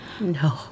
No